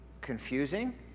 confusing